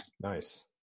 nice